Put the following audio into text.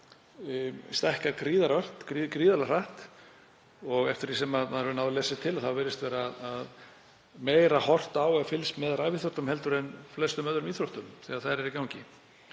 stækkar gríðarlega hratt og eftir því sem maður hefur náð að lesa sér til þá virðist vera meira horft á og fylgst með rafíþróttum en flestum öðrum íþróttum þegar þær eru í gangi.